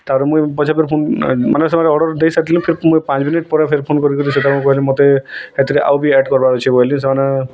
ତାର ମୁଇଁ ପଇସା ପାଇଁ ଫୋନ୍ ମାନେ ସେମାନେ ଅର୍ଡ଼ର ଦେଇ ସାରିଥିଲେ ଫେର୍ ମୁଇଁ ପାଞ୍ଚ ମିନିଟ୍ ପରେ ଫେର ଫୋନ୍ କରି କରି ସେଟାକୁ କହିଲି ମୋତେ ସେଥିରେ ଆଉ ବି ଆଡ଼ କରବାର୍ ଅଛି ବୋଇଲି ସେମାନେ